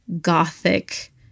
gothic